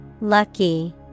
Lucky